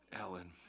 Ellen